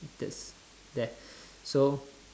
that's there so